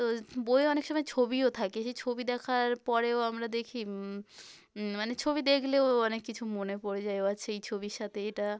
তো বইয়ে অনেক সময় ছবিও থাকে সেই ছবি দেখার পরেও আমরা দেখি মানে ছবি দেগলেও অনেক কিছু মনে পড়ে যায় ও আচ্ছা এই ছবির সাতে এটা